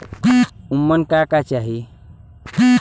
उमन का का चाही?